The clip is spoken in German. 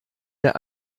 der